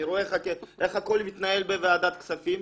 אני רואה איך הכול מתנהל בוועדת הכספים.